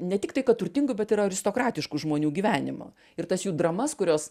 ne tiktai kad turtingų bet ir aristokratiškų žmonių gyvenimu ir tas jų dramas kurios